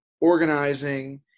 organizing